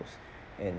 and